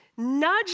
nudge